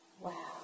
Wow